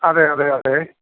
അതെ അതെ അതെ